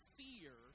fear